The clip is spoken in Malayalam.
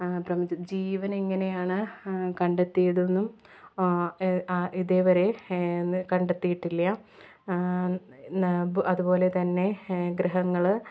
പ്രപഞ്ചം ജീവനെങ്ങനെയാണ് കണ്ടെത്തിയതെന്നും ഇതേവരെ ഇന്ന് കണ്ടെത്തിയിട്ടില്ല അതുപോലെ തന്നെ ഗ്രഹങ്ങൾ